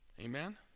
Amen